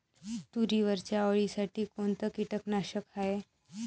तुरीवरच्या अळीसाठी कोनतं कीटकनाशक हाये?